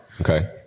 Okay